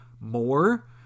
more